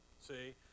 See